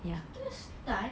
kita start